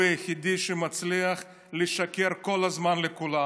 הוא היחיד שמצליח לשקר כל הזמן לכולם.